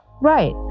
right